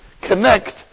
connect